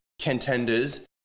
contenders